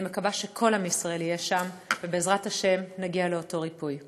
אני מקווה שכל עם ישראל יהיה שם ובעזרת השם נגיע לאותו ריפוי.